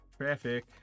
traffic